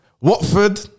Watford